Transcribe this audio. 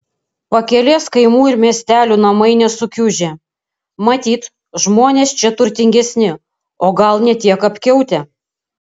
pakelės kaimų ir miestelių namai nesukiužę matyt žmonės čia turtingesni o gal ne tiek apkiautę